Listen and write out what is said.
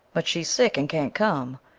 but she's sick and can't come.